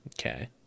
Okay